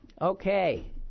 okay